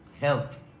health